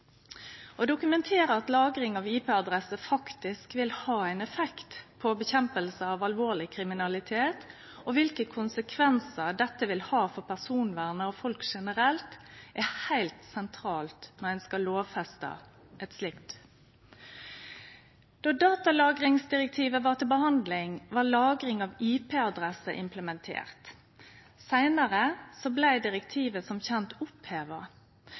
Å dokumentere at lagring av IP-adresser faktisk vil ha ein effekt på kampen mot alvorleg kriminalitet, og kva konsekvensar dette vil ha for personvernet til folk generelt, er heilt sentralt om ein skal lovfeste det. Då datalagringsdirektivet var til behandling, var lagring av IP-adresser implementert. Seinare blei direktivet som kjent oppheva